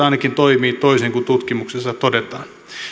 ainakin toimii toisin kuin tutkimuksissa todetaan